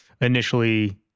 initially